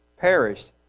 perished